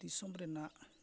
ᱫᱤᱥᱚᱢ ᱨᱮᱱᱟᱜ